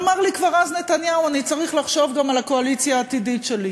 אמר לי כבר אז נתניהו: אני צריך לחשוב גם על הקואליציה העתידית שלי.